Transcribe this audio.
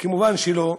כמובן שלא.